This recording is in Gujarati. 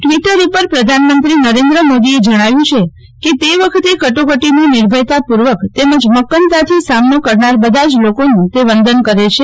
ટિવટર ઉપર પ્રધાનમંત્રી નરેન્દ્ર મોદીએ જણાવ્યું છે કે તે વખતે કટોકટીનો નિર્ભયતા પૂર્વક તેમજ મક્કમતાથી સામનો કરનાર બધા જ લોકોનું તે વંદન કરે છે